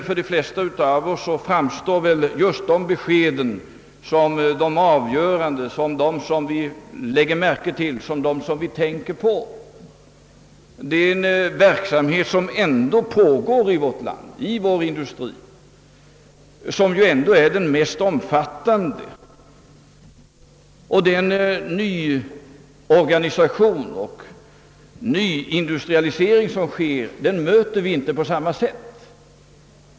För de flesta av oss framstår väl dessa besked som det avgörande — det som vi lägger märke till, det som vi tänker på. Den omfattande verksamhet i fråga om nyorganisation och nyindustrialisering som pågår i vårt land möter vi inte på samma sätt.